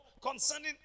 Concerning